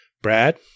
Brad